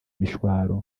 imishwaro